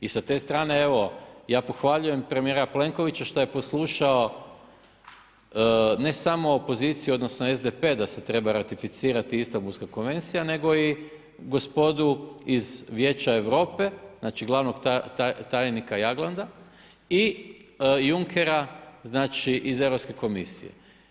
I sa te strane evo ja pohvaljujem premijera Plenkovića šta je poslušao ne samo opoziciju odnosno SDP da se treba ratificirati Istambulska konvencija nego i gospodu iz Vijeća Europe znači glavnog tajnika Jaglanda i Junckera iz Europske komisije.